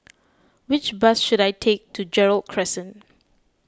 which bus should I take to Gerald Crescent